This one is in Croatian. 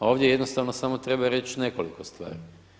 A ovdje jednostavno samo treba reć nekoliko stvari.